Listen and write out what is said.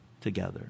together